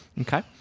Okay